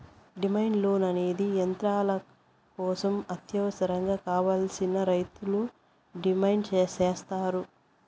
demand loan అనేది యంత్రాల కోసం అత్యవసరంగా కావాలని రైతులు డిమాండ్ సేత్తారు